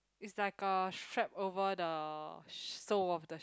it's like a strap over the sole of the shoe